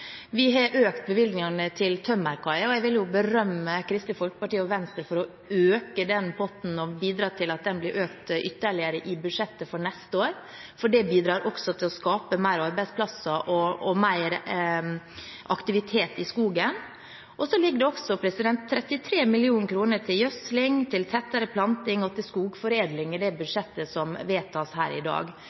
Vi har økt bevilgningene til tømmerkaier, og jeg vil berømme Kristelig Folkeparti og Venstre for å øke den potten og bidra til at den blir økt ytterligere i budsjettet for neste år, for det bidrar også til å skape flere arbeidsplasser og mer aktivitet i skogen. Så ligger det også 33 mill. kr til gjødsling, tettere planting og til skogforedling i budsjettet som vedtas i dag.